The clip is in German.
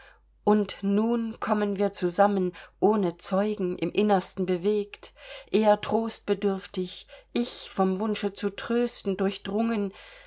und nun kommen wir zusammen ohne zeugen im innersten bewegt er trostbedürftig ich vom wunsche zu trösten durchdrungen